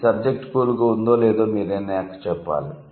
ఈ subject 'cool' గా ఉందో లేదో మీరే నాకు చెప్పాలి